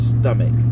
stomach